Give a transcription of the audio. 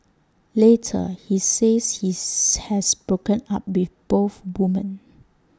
later he says his has broken up with both woman